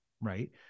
right